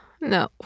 No